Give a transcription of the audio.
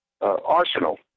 arsenal